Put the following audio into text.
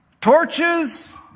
torches